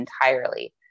entirely